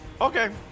Okay